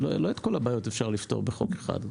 לא את כל הבעיות אפשר לפתור בחוק אחד.